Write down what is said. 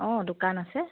অঁ দোকান আছে